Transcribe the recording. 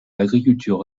l’agriculture